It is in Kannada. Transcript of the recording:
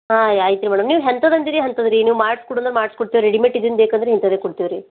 ಹಾಂ ಐತೆರಿ ಮೇಡಮ್ ನೀವು ಎಂತದ್ ಅಂತೀರಿ ಅಂತದ್ರಿ ನೀವು ಮಾಡ್ಸ್ಕುಡಂದ್ರ ಮಾಡ್ಸಿಕುಡ್ತೆವ್ರಿ ರೆಡಿಮೇಟ್ ಇದ್ರಿಂದು ಬೇಕಂದ್ರೆ ಇಂಥದೇ ಕೊಡ್ತೆವ್ರಿ